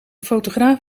fotograaf